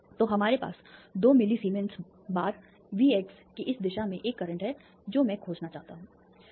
तो हमारे पास 2 मिली सीमेंस बार वी एक्स की इस दिशा में एक करंट है जो मैं खोजना चाहता था